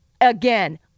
again